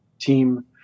team